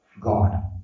God